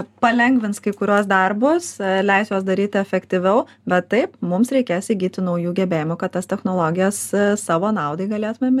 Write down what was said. palengvins kai kuriuos darbus leis juos daryt efektyviau bet taip mums reikės įgyti naujų gebėjimų kad tas technologijas savo naudai galėtumėm